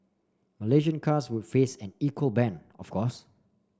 Malaysian cars would face an equal ban of course